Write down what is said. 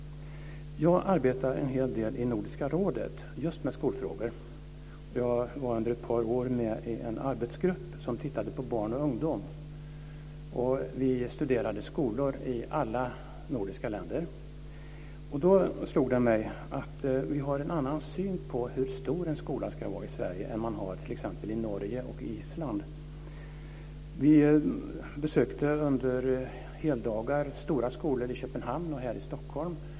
Jag arbetar en hel del med skolfrågor i Nordiska rådet. Jag var under ett par år med i en arbetsgrupp som tittade på barn och ungdom. Vi studerade skolor i alla nordiska länder. Det slog mig då att vi i Sverige har en annan syn på hur stor en skola ska vara än man har t.ex. i Norge och på Island. Vi besökte under heldagar stora skolor i Köpenhamn och här i Stockholm.